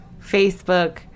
Facebook